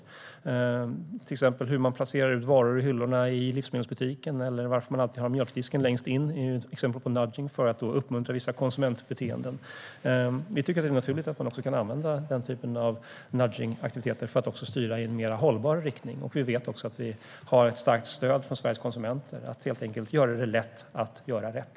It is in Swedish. Det gäller till exempel hur man placerar ut varor i hyllorna i livsmedelsbutiken eller varför man alltid har mjölkdisken längst in. Det är exempel på nudging för att uppmuntra vissa konsumentbeteenden. Vi tycker att det är naturligt att man kan använda den typen av nudgingaktiviteter för att styra i en mer hållbar riktning. Vi vet också att vi har ett starkt stöd från Sveriges konsumenter att helt enkelt göra det lätt att göra rätt.